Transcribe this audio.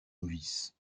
novice